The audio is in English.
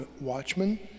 watchmen